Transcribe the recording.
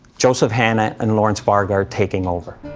joseph hanna and lawrence varga are taking over.